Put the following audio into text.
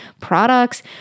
products